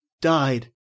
Died